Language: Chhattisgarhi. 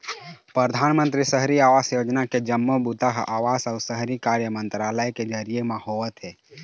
परधानमंतरी सहरी आवास योजना के जम्मो बूता ह आवास अउ शहरी कार्य मंतरालय के जरिए म होवत हे